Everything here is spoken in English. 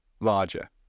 larger